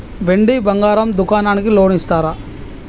వెండి బంగారం దుకాణానికి లోన్ ఇస్తారా?